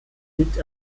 liegt